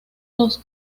los